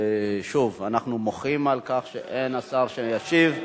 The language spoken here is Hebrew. שוב, אנחנו מוחים על כך שאין שר שישיב.